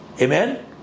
Amen